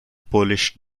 polish